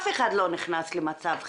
אף אחד לא נכנס למצב חירום,